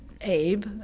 Abe